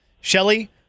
Shelly